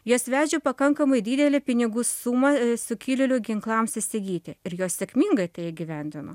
jos vežė pakankamai didelę pinigų suma sukilėlių ginklams įsigyti ir jos sėkmingai tai įgyvendino